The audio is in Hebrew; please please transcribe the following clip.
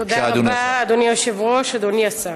תודה רבה, אדוני היושב-ראש, אדוני השר,